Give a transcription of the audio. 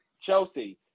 Chelsea